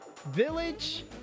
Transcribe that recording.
Village